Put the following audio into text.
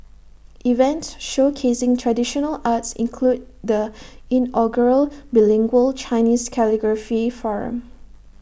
events showcasing traditional arts include the inaugural bilingual Chinese calligraphy forum